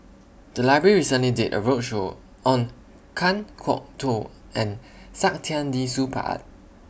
The Library recently did A roadshow on Kan Kwok Toh and Saktiandi Supaat